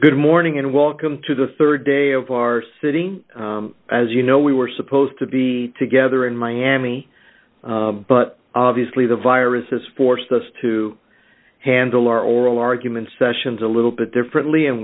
good morning and welcome to the rd day of our city as you know we were supposed to be together in miami but obviously the virus has forced us to handle our oral argument sessions a little bit differently and